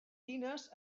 tines